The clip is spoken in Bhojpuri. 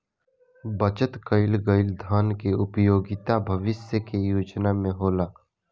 बचत कईल गईल धन के उपयोगिता भविष्य के योजना में होला